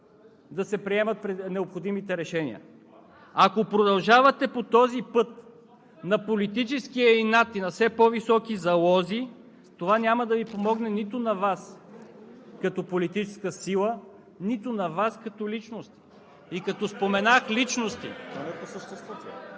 да се приемат необходимите решения. Ако продължавате по този път на политическия инат и все по-високи залози, това няма да помогне нито на Вас като политическа сила, нито на Вас като личности! (Реплики